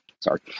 Sorry